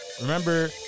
remember